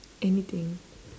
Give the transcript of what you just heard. anything